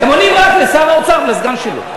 הם עונים רק לשר האוצר ולסגן שלו.